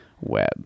web